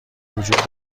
وجود